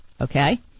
okay